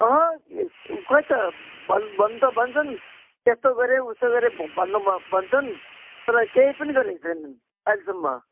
अहँ खोइ त भन् भन्नु त भन्छन् यसो गरेँ उसो गरेँ भन्नु भ भन्छन् तर केही पनि गरेको छैनन् आइलेसम्म